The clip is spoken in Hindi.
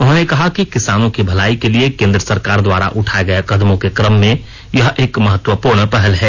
उन्होंने कहा कि किसानों की भलाई के लिए केन्द्र सरकार द्वारा उठाये गये कदमों के क्रम में यह एक महत्वपूर्ण पहल है